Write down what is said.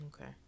Okay